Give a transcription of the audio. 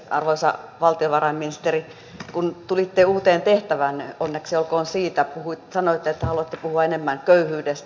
arvoisa valtiovarainministeri kun tulitte uuteen tehtävään onneksi olkoon siitä sanoitte että haluatte puhua enemmän köyhyydestä